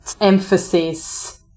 emphasis